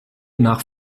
nach